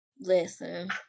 Listen